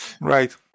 Right